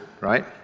right